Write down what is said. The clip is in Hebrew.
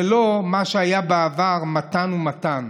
ללא מה שהיה בעבר מתן ומתן.